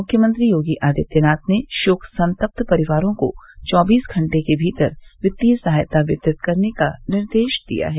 मुख्यमंत्री योगी आदित्यनाथ ने शोक संतप्त परिवारों को चौबीस घंटे के भीतर वित्तीय सहायता वितरित करने का निर्देश दिया है